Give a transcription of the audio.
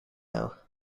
now